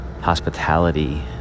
hospitality